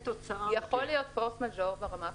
יכול להיות force majeure ברמה הפרטנית.